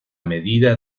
medida